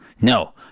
No